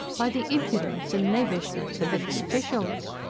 by the impudence and knavishness of its officials.